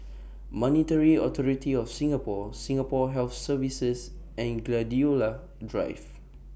Monetary Authority of Singapore Singapore Health Services and Gladiola Drive